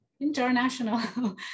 international